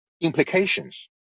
implications